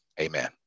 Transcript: Amen